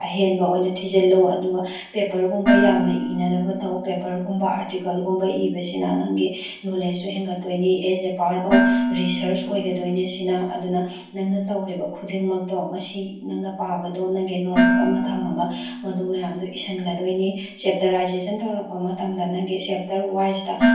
ꯑꯍꯦꯟꯕ ꯑꯣꯏꯅ ꯊꯤꯖꯤꯟꯂꯨ ꯑꯗꯨꯒ ꯄꯦꯄꯔꯒꯨꯝꯕ ꯌꯥꯝꯅ ꯏꯅꯅꯕ ꯇꯧ ꯄꯦꯄꯔꯒꯨꯝꯕ ꯑꯥꯔꯇꯤꯀꯜꯒꯨꯝꯕ ꯏꯕꯁꯤꯅ ꯅꯪꯒꯤ ꯅꯧꯂꯦꯖꯇꯣꯁꯨ ꯍꯦꯟꯒꯠꯇꯣꯏꯅꯦ as a part of research ꯑꯣꯏꯒꯗꯣꯏꯅꯦ ꯁꯤꯅ ꯑꯗꯨꯅ ꯅꯪꯅ ꯇꯧꯔꯤꯕ ꯈꯨꯗꯤꯡꯃꯛꯇꯣ ꯉꯁꯤ ꯅꯪꯅ ꯄꯥꯕꯗꯣ ꯅꯪꯒꯤ ꯅꯣꯠꯕꯨꯛ ꯑꯃ ꯊꯝꯃꯒ ꯃꯗꯨ ꯃꯌꯥꯝꯗꯣ ꯏꯁꯤꯟꯒꯗꯣꯏꯅꯤ ꯆꯦꯞꯇꯔꯥꯏꯖꯦꯁꯟ ꯇꯧꯔꯛꯄ ꯃꯇꯝꯗ ꯅꯪꯒꯤ ꯆꯦꯞꯇꯔ ꯋꯥꯏꯁꯇ